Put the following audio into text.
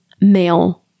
male